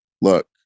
look